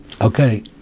Okay